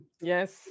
Yes